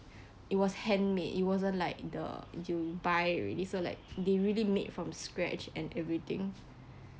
it was handmade it wasn't like the you buy already so like they really make from scratch and everything